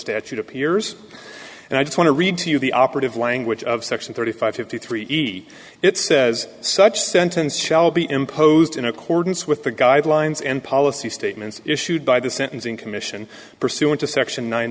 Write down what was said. statute appears and i just want to read to you the operative language of section thirty five fifty three eat it says such sentence shall be imposed in accordance with the guidelines and policy statements issued by the sentencing commission pursuant to section nine